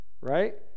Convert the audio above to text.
Right